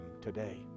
today